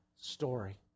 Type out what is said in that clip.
story